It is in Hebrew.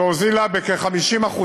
שהוזילה בכ-50%